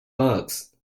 bugs